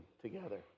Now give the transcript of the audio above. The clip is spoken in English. together